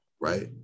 right